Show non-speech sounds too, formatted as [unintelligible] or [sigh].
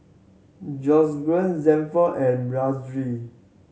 Georgiann Sanford and [unintelligible]